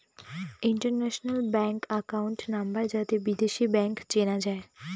international bank account number যাতে বিদেশী bank চেনা যায়